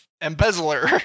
embezzler